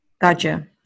Gotcha